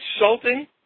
insulting